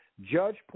Judge